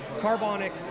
carbonic